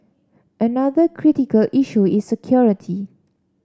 another critical issue is security